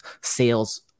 sales